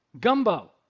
Gumbo